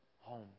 home